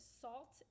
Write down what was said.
salt